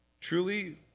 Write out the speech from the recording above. Truly